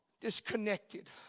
disconnected